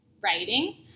writing